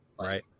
Right